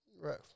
right